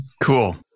Cool